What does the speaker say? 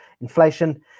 inflation